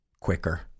quicker